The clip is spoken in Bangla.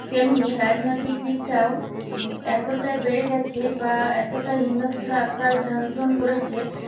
তেমনি রাজনৈতিক দিকটাও এতোটা বেড়ে গেছে বা এতোটা হিংস্র আকার ধারণ করেছে